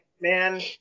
man